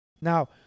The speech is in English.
Now